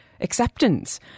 acceptance